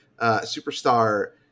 superstar